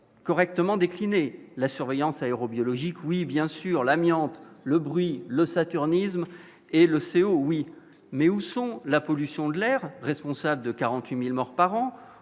correctement décliner la surveillance aérobiologique oui bien sûr, l'amiante, le bruit, le saturnisme et le CO, oui, mais où sont la pollution de l'air, responsable de 40000 morts par an,